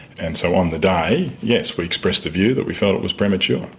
and so on the day, yes, we expressed a view that we felt it was premature.